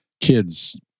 kids